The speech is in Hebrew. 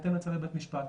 בהתאם לצווי בית משפט.